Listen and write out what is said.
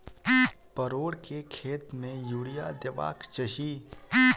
परोर केँ खेत मे यूरिया देबाक चही?